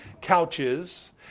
couches